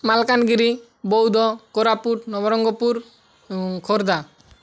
Malkangiri Boudh Koraput Nabarangpur Khordha